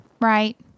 Right